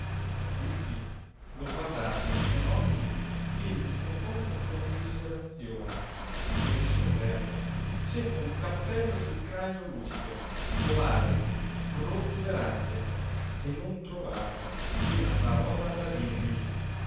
impacciata tutti lo guardarono con occhi pieni di profonda commiserazione cosí scoperto senza un capello sul cranio lucido ovale protuberante e non trovarono una parola da dirgli